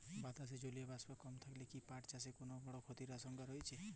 বাতাসে জলীয় বাষ্প কম থাকলে কি পাট চাষে কোনো বড় ক্ষতির আশঙ্কা আছে?